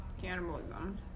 Cannibalism